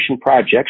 projects